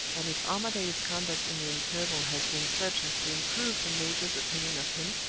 and if armadale's conduct in the interval has been such as to improve the major's opinion of him,